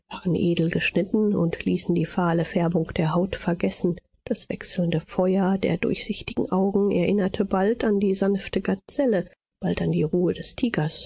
geschnitten und ließen die fahle färbung der haut vergessen das wechselnde feuer der durchsichtigen augen erinnerte bald an die sanfte gazelle bald an die ruhe des